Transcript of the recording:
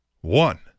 One